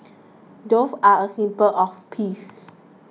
doves are a symbol of peace